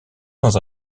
dans